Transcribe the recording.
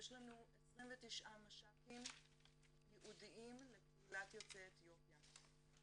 יש לנו 29 מש"קים ייעודיים לקהילת יוצאי אתיופיה,